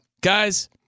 guys